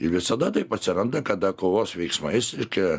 ir visada taip atsiranda kada kovos veiksmais reiškia